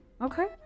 okay